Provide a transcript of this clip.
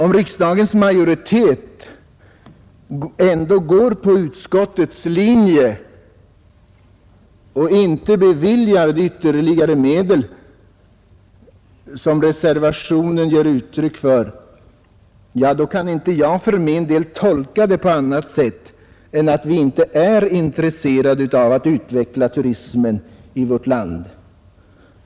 Om riksdagens majoritet ändå går på utskottets linje och inte beviljar de ytterligare medel som reservanterna förordar, kan jag för min del inte tolka det på annat sätt än att vi inte är intresserade av att utveckla turismen i vårt land.